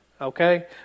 Okay